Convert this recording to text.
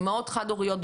אימהות חד הוריות,